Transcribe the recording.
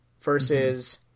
Versus